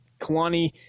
Kalani